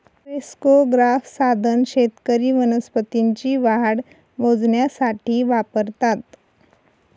crescograph साधन शेतकरी वनस्पतींची वाढ मोजण्यासाठी वापरतात